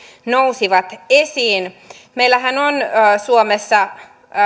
nousivat esiin meillähän on suomessa